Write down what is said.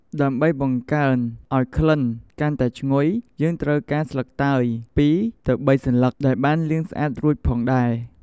ដើម្បីបង្កើនអោយក្ក្លិនកាន់តែឈ្ងុយ យើងត្រូវការ ស្លឹកតើយ ២-៣ សន្លឹក ដែលបានលាងស្អាតរួចផងដែរ។